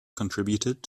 contributed